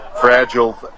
fragile